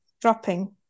dropping